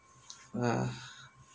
a